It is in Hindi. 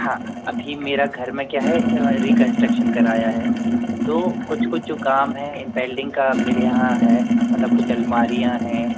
हाँ अभी मेरा घर में क्या है रिकनटक्सन कराया है तो कुछ कुछ जो काम है बेल्डिंग का मेरे यहाँ है मतलब कुछ अलमारियाँ है